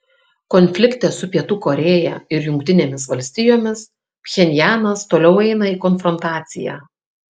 konflikte su pietų korėja ir jungtinėmis valstijomis pchenjanas toliau eina į konfrontaciją